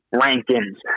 Rankins